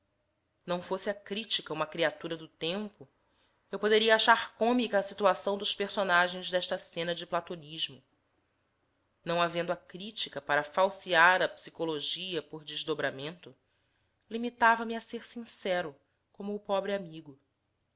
não fosse a critica uma criatura do tempo eu poderia achar cômica a situação dos personagens desta cena de platonismo não havendo a critica para falsear a psicologia por desdobramento limitava me a ser sincero como o pobre amigo